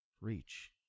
reach